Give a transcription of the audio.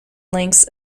links